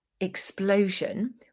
explosion